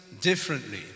differently